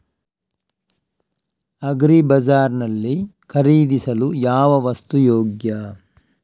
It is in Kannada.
ಅಗ್ರಿ ಬಜಾರ್ ನಲ್ಲಿ ಖರೀದಿಸಲು ಯಾವ ವಸ್ತು ಯೋಗ್ಯ?